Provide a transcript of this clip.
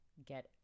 get